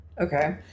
Okay